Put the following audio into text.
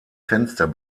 fenster